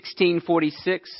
1646